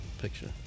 picture